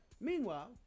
Meanwhile